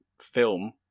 film